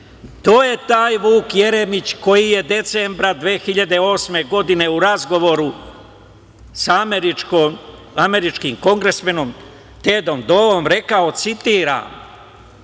To je taj Vuk Jeremić koji je decembra 2008. godine u razgovoru sa američkim kongresmenom Tedom Doom, rekao, citiram: